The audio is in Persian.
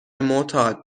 معتاد